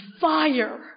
fire